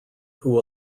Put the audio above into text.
who